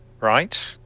right